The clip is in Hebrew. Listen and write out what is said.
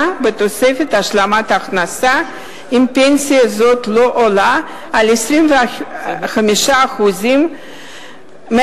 בתוספת השלמת הכנסה אם הפנסיה הזאת לא עולה על 25% מהשכר